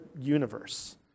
universe